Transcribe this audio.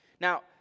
Now